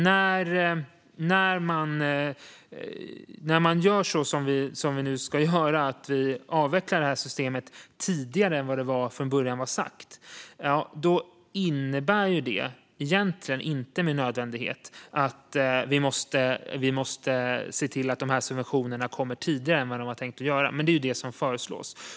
När vi nu avvecklar systemet tidigare än vad det från början var sagt innebär det inte med nödvändighet att subventionerna kommer tidigare än tänkt, men det är vad som föreslås.